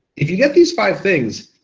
if you get these five things,